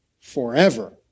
forever